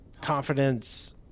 confidence